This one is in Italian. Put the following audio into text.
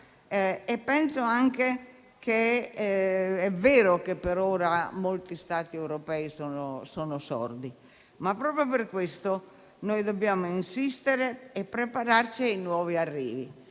opposi. È vero che per ora molti Stati europei sono sordi, ma proprio per questo dobbiamo insistere e prepararci ai nuovi arrivi.